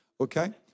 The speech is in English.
Okay